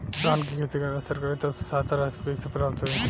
धान के खेती करेला सरकार के तरफ से सहायता राशि कइसे प्राप्त होइ?